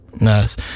nice